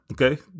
okay